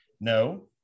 No